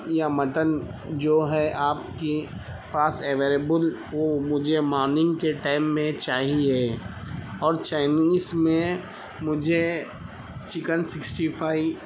یا مٹن جو ہے آپ کے پاس اویلیبل وہ مجھے مارننگ کے ٹائم میں چاہیے اور چائنیز میں مجھے چکن سکسٹی فائی